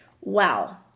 Wow